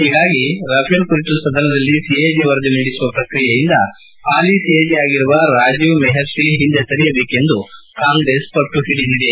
ಒೀಗಾಗಿ Rafale ಕುರಿತು ಸದನದಲ್ಲಿ CAG ವರದಿ ಮಂಡಿಸುವ ಪ್ರಕ್ರಿಯೆಯಿಂದ ಹಾಲಿ ಸಿಎಜಿ ಆಗಿರುವ ರಾಜೀವ್ ಮೆಹರ್ಷಿ ಹಿಂದೆ ಸರಿಯಬೇಕೆಂದು ಕಾಂಗ್ರೆಸ್ ಪಟ್ಟು ಹಿಡಿದಿದೆ